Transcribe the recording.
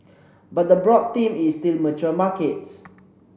but the broad theme is still mature markets